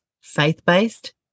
Faith-Based